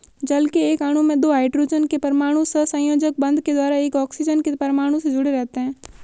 जल के एक अणु में दो हाइड्रोजन के परमाणु सहसंयोजक बंध के द्वारा एक ऑक्सीजन के परमाणु से जुडे़ रहते हैं